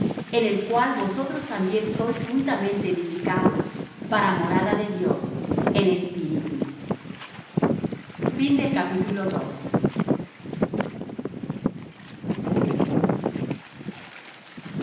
en el cual vosotros también sois juntamente edificados para morada de dios en espíritu por